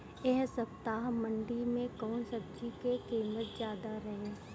एह सप्ताह मंडी में कउन सब्जी के कीमत ज्यादा रहे?